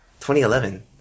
2011